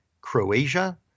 Croatia